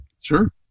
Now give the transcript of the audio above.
sure